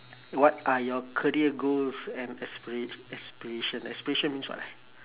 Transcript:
what are your career goals and aspira~ aspiration aspiration means what ah